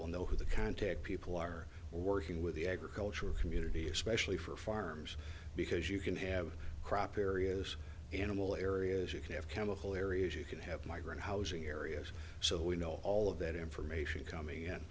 will know who the contact people are working with the agricultural community especially for farms because you can have crop areas animal areas you can have chemical areas you can have migrant housing areas so we know all of that information coming in